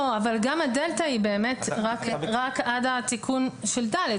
אבל גם הדלתא היא רק עד התיקון של (ד)